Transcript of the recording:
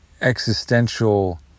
existential